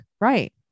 Right